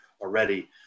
already